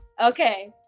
Okay